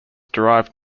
derived